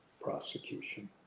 prosecution